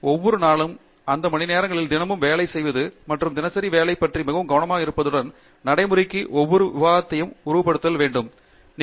எனவே ஒவ்வொரு நாளும் அந்த மணிநேரங்களில் தினமும் வேலை செய்வது மற்றும் தினசரி வேலை பற்றி மிகவும் கவனமாக இருப்பதுடன் நடைமுறைக்கு ஒவ்வொரு விரிவாக்கத்தையும் உட்படுத்துவது மிக முக்கியம்